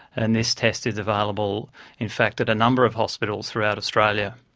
and this test is available in fact at a number of hospitals throughout australia.